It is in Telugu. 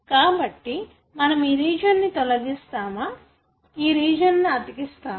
కాబట్టి మనం ఈ రీజియన్ ను తొలగిస్తామో ఆ రీజన్స్ ను అతికిస్తాము